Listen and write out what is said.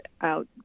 out